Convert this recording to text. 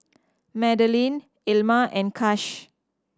Madalynn Ilma and Kash